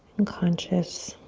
and conscious.